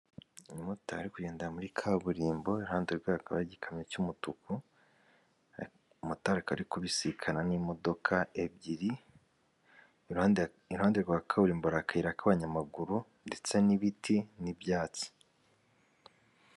Umumotari uri kugenda muri kaburimbo, iruhande rwe hakaba hari igikamyo cy'umutuku, motari akaba ari kubisikana n'imodoka ebyiri, iruhande rwa kaburimbo hari akayira k'abanyamaguru ndetse n'ibiti n'ibyatsi.